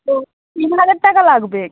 ও তিন হাজার টাকা লাগবে